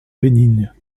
bénigne